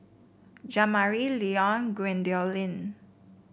Jamari Leon Gwendolyn